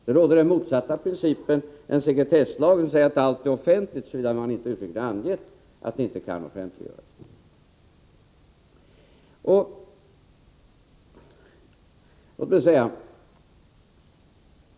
Där råder det motsatta principer mot vad sekretesslagen anger, nämligen att allt är offentligt, såvida man inte uttryckligen har angett att det inte kan offentliggöras.